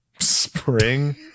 spring